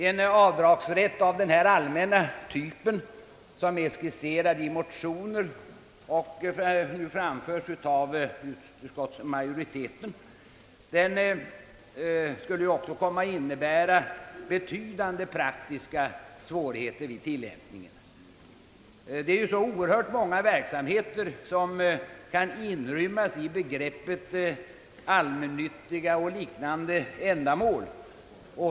En avdragsrätt av den allmänna typ som här skisserats i motioner och framförts av utskottsmajoriteten skulle också komma att innebära betydande praktiska svårigheter vid tillämpningen. Det är ju så många verksamheter som kan inrymmas i begreppet »allmännyttiga och liknande ändamål».